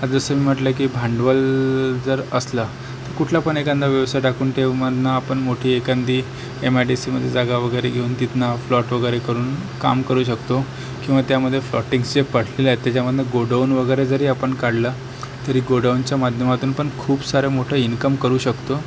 जसं मी म्हटलंय की भांडवल जर असलं तर कुठला पण एखादा व्यवसाय टाकून ते म्हणणं आपण मोठी एखादी एम आय डी सी मध्ये जागा वगैरे घेऊन तिथनं प्लाट वगैरे करून काम करू शकतो किंवा त्यामध्ये प्लॉटिंग जे पाडले आहेत त्याच्यामधून गोडाऊन वगैरे आपण काढलं तरी गोडाऊनच्या माध्यमातून पण खूप सारं मोठं इनकम करू शकतो